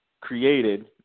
created